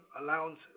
allowance